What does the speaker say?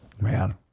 Man